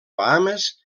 bahames